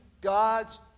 God's